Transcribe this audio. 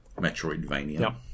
Metroidvania